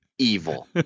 evil